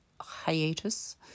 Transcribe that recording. hiatus